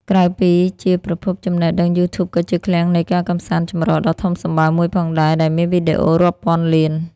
ក្រៅពីជាប្រភពចំណេះដឹង YouTube ក៏ជា ឃ្លាំងនៃការកម្សាន្តចម្រុះ ដ៏ធំសម្បើមមួយផងដែរ ដែលមានវីដេអូរាប់ពាន់លាន។